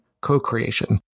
co-creation